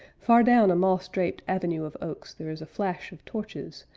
far down a moss-draped avenue of oaks there is a flash of torches,